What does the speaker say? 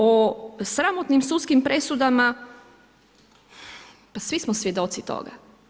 O sramotnim sudskim presudama, pa svi smo svjedoci toga.